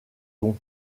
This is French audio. gonds